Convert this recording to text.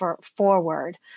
forward